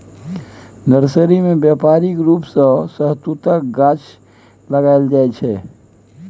nursery मे बेपारिक रुप सँ शहतुतक गाछ लगाएल जाइ छै